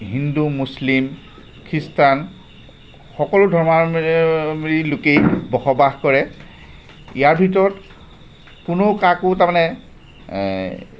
হিন্দু মুছলিম খ্ৰীষ্টান সকলো ধৰ্মাৱলম্বী লোকেই বসবাস কৰে ইয়াৰ ভিতৰত কোনো কাকো তাৰমানে এই